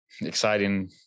exciting